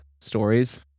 Stories